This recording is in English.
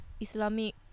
Islamic